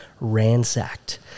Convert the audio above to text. ransacked